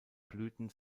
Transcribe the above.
blüten